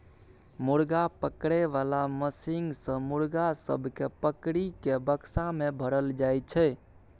मुर्गा पकड़े बाला मशीन सँ मुर्गा सब केँ पकड़ि केँ बक्सा मे भरल जाई छै